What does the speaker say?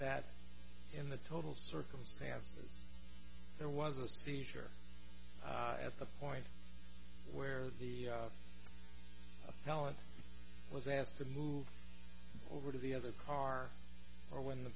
that in the total circumstances there was a seizure at the point where the appellant was asked to move over to the other car or when the